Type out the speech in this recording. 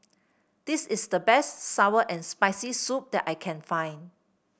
this is the best sour and Spicy Soup that I can find